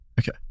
Okay